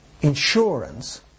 insurance